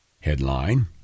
headline